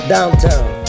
Downtown